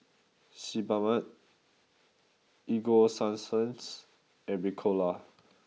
Sebamed Ego sunsense and Ricola